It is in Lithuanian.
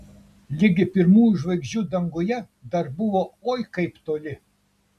ligi pirmųjų žvaigždžių danguje dar buvo oi kaip toli